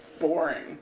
boring